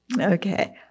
Okay